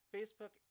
Facebook